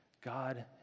God